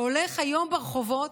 שהולך היום ברחובות,